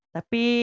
Tapi